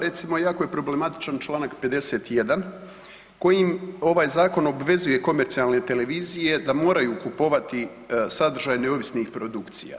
Recimo jako je problematičan članak 51. kojim ovaj Zakon obvezuje komercijalne televizije da moraju kupovati sadržaj neovisnih produkcija.